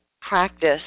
practice